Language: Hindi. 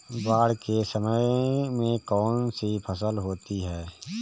बाढ़ के समय में कौन सी फसल होती है?